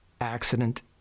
accident